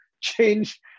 change